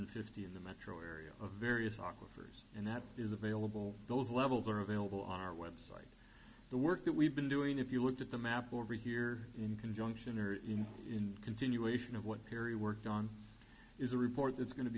hundred fifty in the metro area of various doctors and that is available those levels are available on our website the work that we've been doing if you looked at the map over here in conjunction or even in continuation of what kerry worked on is a report that's going to